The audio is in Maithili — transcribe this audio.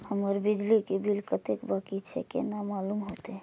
हमर बिजली के बिल कतेक बाकी छे केना मालूम होते?